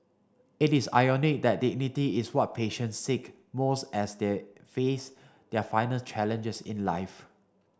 it is ironic that dignity is what patients seek most as they face their final challenges in life